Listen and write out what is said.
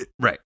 Right